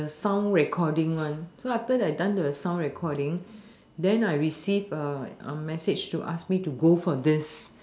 the sound recording one so after I done the sound recording then I receive a a message to ask me to go for this